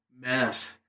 mess